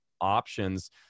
options